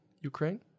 Ukraine